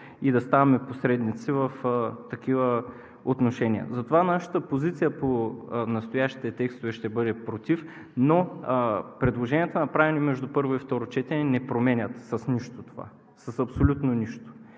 и да ставаме посредници в такива отношения. Затова нашата позиция по настоящите текстове ще бъде „против“, но предложенията, направени между първо и второ четене, не променят това с нищо, с абсолютно нищо.